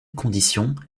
conditions